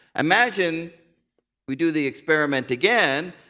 imagine we do the experiment again,